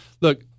Look